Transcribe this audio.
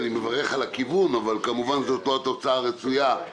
אני מברך על הכיוון אבל זו לא התוצאה הרצויה,